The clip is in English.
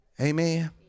Amen